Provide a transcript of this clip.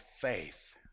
faith